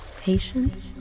Patience